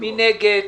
מי נגד.